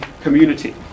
community